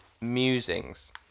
musings